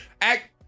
act